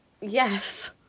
Yes